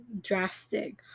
drastic